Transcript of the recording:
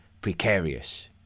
precarious